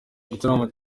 igitaramo